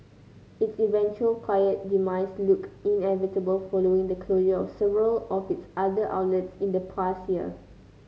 its eventual quiet demise looked inevitable following the closure of several of its other outlets in the past year